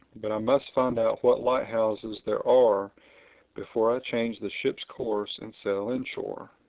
but i must find out what light-houses there are before i change the ship's course and sail inshore.